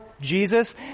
Jesus